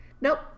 Nope